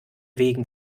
wegen